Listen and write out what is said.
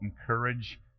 encourage